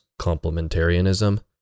complementarianism